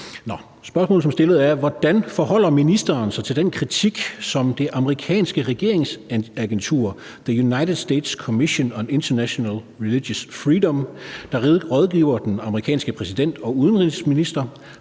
Hvordan forholder ministeren sig til den kritik, som det amerikanske regeringsagentur The United States Commission on International Religious Freedom, der rådgiver den amerikanske præsident og udenrigsminister,